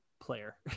player